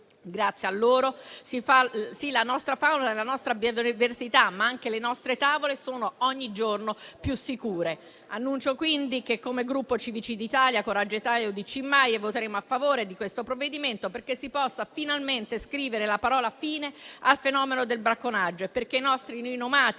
Grazie a loro, la nostra fauna e la nostra biodiversità, ma anche le nostre tavole, sono ogni giorno più sicure. Annuncio quindi che, come Gruppo Civici d'Italia-Coraggio Italia-UDC-Maie, voteremo a favore di questo provvedimento, perché si possa finalmente scrivere la parola fine al fenomeno del bracconaggio e perché i nostri rinomati